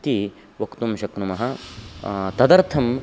इति वक्तुं शक्नुमः तदर्थं